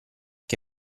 che